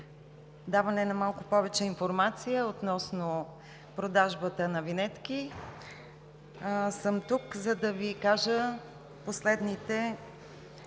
даване на малко повече информация относно продажбата на винетки съм тук, за да Ви кажа последното,